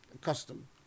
custom